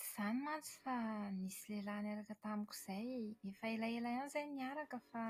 Tsy izany mantsy fa nisy lehilahy niaraka tamiko izay, efa elaela ihany izahay no niaraka fa